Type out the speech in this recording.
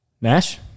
Nash